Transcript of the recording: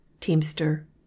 Teamster